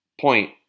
point